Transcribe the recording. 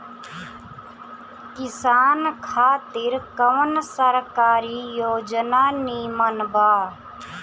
किसान खातिर कवन सरकारी योजना नीमन बा?